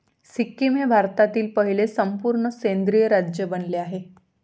सिक्कीम हे भारतातील पहिले संपूर्ण सेंद्रिय राज्य बनले आहे